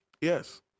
yes